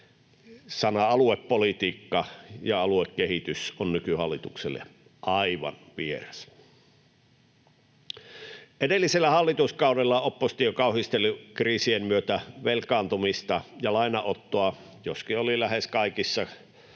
Sanat ”aluepolitiikka” ja ”aluekehitys” ovat nykyhallitukselle aivan vieraita. Edellisellä hallituskaudella oppositio kauhisteli kriisien myötä velkaantumista ja lainanottoa, joskin oli lähes kaikissa